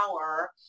power